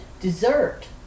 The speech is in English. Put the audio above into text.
dessert